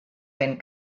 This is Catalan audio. vent